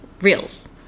reels